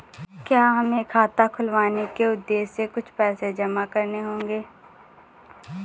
क्या हमें खाता खुलवाने के उद्देश्य से कुछ पैसे जमा करने होंगे?